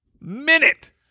minute